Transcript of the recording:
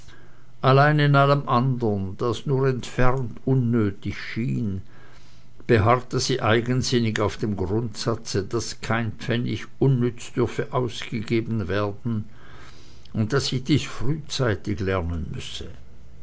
allein in allem andern das nur entfernt unnötig schien beharrte sie eigensinnig auf dem grundsatze daß kein pfennig unnütz dürfe ausgegeben werden und daß ich dies frühzeitig lernen müsse